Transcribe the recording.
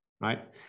right